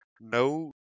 No